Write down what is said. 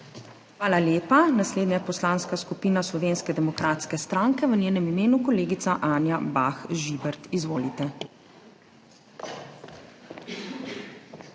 Hvala lepa. Naslednja je Poslanska skupina Slovenske demokratske stranke. V njenem imenu kolegica Anja Bah Žibert. Izvolite.